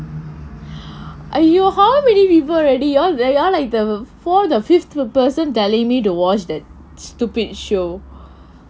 !aiyo! how many already you are like the fourth ot fifth person telling me to watch that stupid show